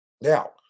Now